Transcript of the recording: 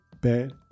bad